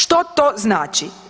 Što to znači?